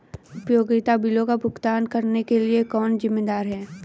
उपयोगिता बिलों का भुगतान करने के लिए कौन जिम्मेदार है?